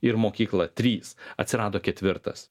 ir mokykla trys atsirado ketvirtas